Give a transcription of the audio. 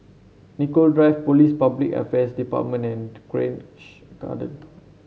Nicoll Drive Police Public Affairs Department and Grange Garden